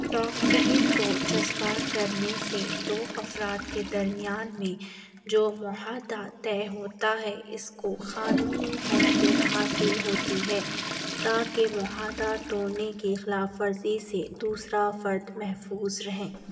ڈاک ٹکٹ کو چسپاں کرنے سے دو افراد کے درمیان میں جو معاہدہ طے ہوتا ہے اس کو قانونی حیثیت حاصل ہوتی ہے تاکہ معاہدہ توڑنے کے خلاف ورزی سے دوسرا فرد محفوظ رہیں